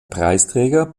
preisträger